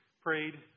prayed